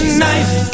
knife